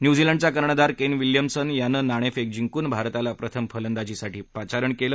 न्यूझीलंडचा कर्णधार Kane Williamson यानं नाणेफेक जिंकून भारताला प्रथम फलंदाजीसाठी पाचारण केलं